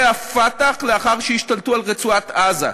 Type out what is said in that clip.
ה"פתח" לאחר שהשתלטו על רצועת-עזה,